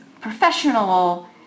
professional